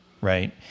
right